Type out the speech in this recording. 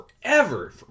forever